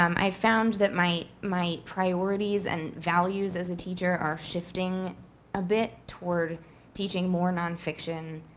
um i found that my my priorities and values as a teacher are shifting a bit toward teaching more nonfiction,